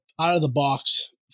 out-of-the-box